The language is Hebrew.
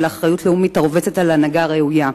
האחריות הלאומית הרובצת על הנהגה ראויה,